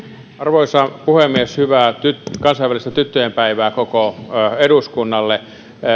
arvoisa puhemies hyvää kansainvälistä tyttöjen päivää koko eduskunnalle